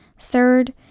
Third